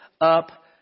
up